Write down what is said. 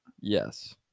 Yes